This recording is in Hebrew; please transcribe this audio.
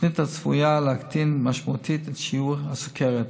תוכנית הצפויה להקטין משמעותית את שיעור הסוכרת,